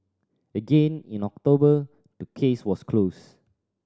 again in October the case was closed